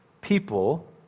people